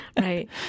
Right